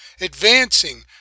advancing